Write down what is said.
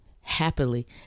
happily